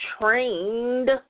trained